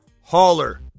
hauler